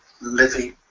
living